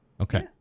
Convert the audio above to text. Okay